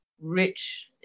rich